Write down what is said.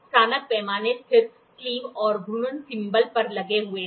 स्नातक पैमाने स्थिर स्लीव और घूर्णन थिंबल पर लगे हुए है